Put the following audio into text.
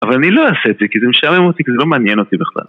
אבל אני לא אעשה את זה, כי זה משעמם אותי, כי זה לא מעניין אותי בכלל.